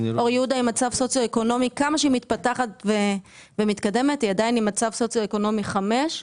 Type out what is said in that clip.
כמה שאור יהודה מתפתחת ומתקדמת היא עדיין במצב סוציו אקונומי 5,